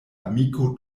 amiko